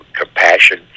compassion